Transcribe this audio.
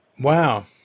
Wow